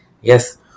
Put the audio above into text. Yes